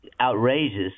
outrageous